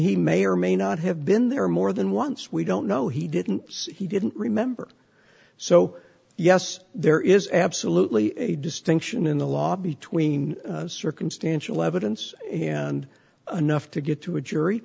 he may or may not have been there more than once we don't know he didn't say he didn't remember so yes there is absolutely a distinction in the law between circumstantial evidence and enough to get to a jury